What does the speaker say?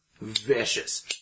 vicious